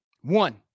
One